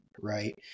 right